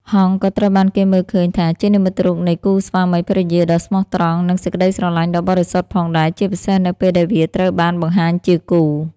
ហង្សក៏ត្រូវបានគេមើលឃើញថាជានិមិត្តរូបនៃ គូស្វាមីភរិយាដ៏ស្មោះត្រង់ និង ក្តីស្រឡាញ់ដ៏បរិសុទ្ធ ផងដែរ ជាពិសេសនៅពេលដែលវាត្រូវបានបង្ហាញជាគូ។